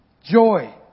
joy